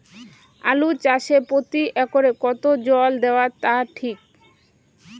আলু চাষে প্রতি একরে কতো জল দেওয়া টা ঠিক?